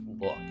look